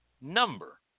number